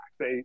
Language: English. Say